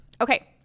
Okay